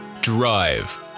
Drive